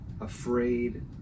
afraid